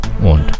und